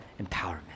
empowerment